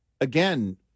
again